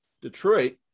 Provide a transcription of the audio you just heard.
Detroit